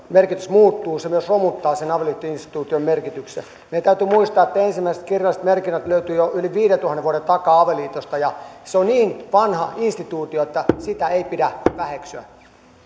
merkitys muuttuu se myös romuttaa sen avioliittoinstituution merkityksen meidän täytyy muistaa että ensimmäiset kirjalliset merkinnät avioliitosta löytyvät jo yli viidentuhannen vuoden takaa ja se on niin vanha instituutio että sitä ei pidä väheksyä